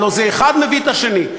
הלוא זה אחד מביא את השני.